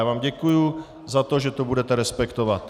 Já vám děkuji za to, že to budete respektovat.